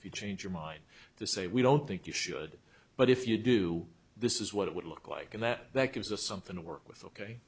if you change your mind to say we don't think you should but if you do this is what it would look like and that that gives us something to work with ok